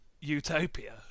utopia